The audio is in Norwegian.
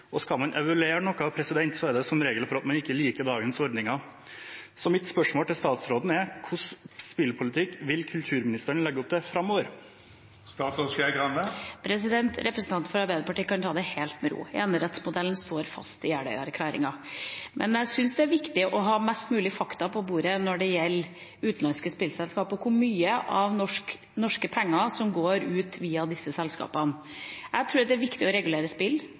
Og skal man evaluere noe, er det som regel fordi man ikke liker dagens ordninger. Mitt spørsmål til statsråden er: Hvilken spillpolitikk vil kulturministeren legge opp til framover? Representanten fra Arbeiderpartiet kan ta det helt med ro. Enerettsmodellen står fast i Jeløya-erklæringen. Men jeg synes det er viktig å ha mest mulig fakta på bordet når det gjelder utenlandske spillselskap, og hvor mye av norske penger som går ut via disse selskapene. Jeg tror det er viktig å regulere spill.